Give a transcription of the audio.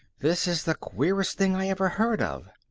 this is the queerest thing i ever heard of.